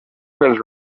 dels